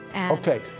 Okay